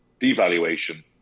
devaluation